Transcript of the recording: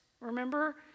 Remember